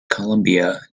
columbia